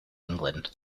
england